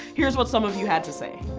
here's what some of you had to say.